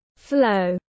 flow